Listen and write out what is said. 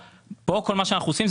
כאן כל מה שאנחנו עושים,